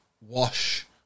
wash